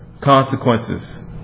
consequences